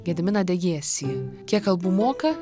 gediminą degėsį kiek kalbų moka